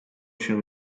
się